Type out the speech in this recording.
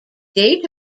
date